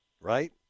Right